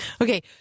Okay